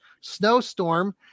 snowstorm